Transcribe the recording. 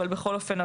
אבל בכל אופן,